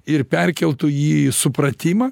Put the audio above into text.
ir perkeltų jį į supratimą